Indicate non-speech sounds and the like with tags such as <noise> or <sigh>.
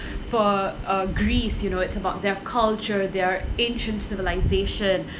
for uh greece you know it's about their culture their ancient civilisation <breath>